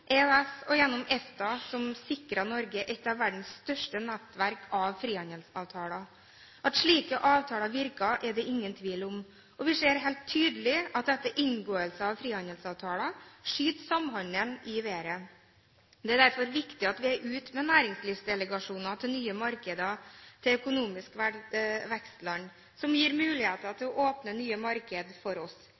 EØS og EFTA – som sikrer Norge et av verdens største nettverk av frihandelsavtaler. At slike avtaler virker, er det ingen tvil om. Vi ser helt tydelig at etter inngåelser av frihandelsavtaler skyter samhandelen i været. Det er derfor viktig at vi er ute med næringslivsdelegasjoner til nye markeder i økonomiske vekstland, som gir muligheter til å åpne nye markeder for oss.